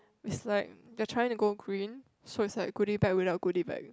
it's like they're trying to go green so it's like goodie bag without goodie bag